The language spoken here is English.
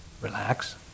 relax